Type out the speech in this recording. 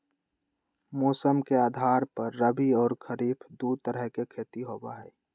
मौसम के आधार पर रबी और खरीफ दु तरह के खेती होबा हई